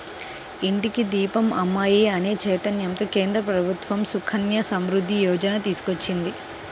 ఇంటికి దీపం అమ్మాయి అనే చైతన్యంతో కేంద్ర ప్రభుత్వం సుకన్య సమృద్ధి యోజన తీసుకొచ్చింది